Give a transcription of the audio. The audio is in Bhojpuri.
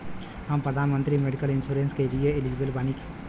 हम प्रधानमंत्री मेडिकल इंश्योरेंस के लिए एलिजिबल बानी?